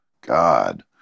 God